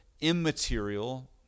immaterial